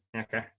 Okay